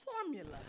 formula